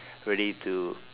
ready to